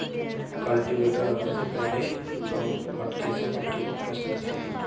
cultivator आने से पहले हम मटके से मिट्टी को खुरंचते थे